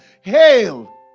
hail